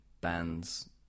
bands